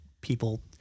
people